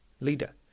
leader